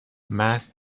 مست